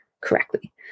correctly